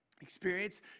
experience